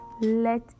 let